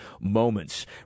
moments